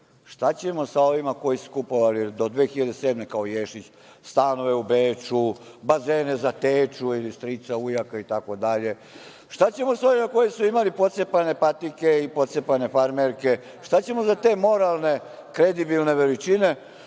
šta ćemo sa ovima koji su kupovali do 2007. godine, kao Ješić stanove u Beču, bazene za teču ili strica, ujaka i tako dalje? Šta ćemo sa onima koji su imali pocepane patike i pocepane farmerke, šta ćemo za te moralne kredibilne veličine